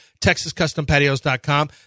TexasCustomPatios.com